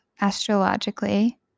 astrologically